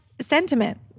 sentiment